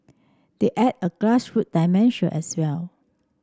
they add a grassroot dimension as well